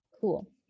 cool